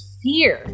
fear